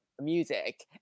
music